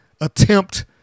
attempt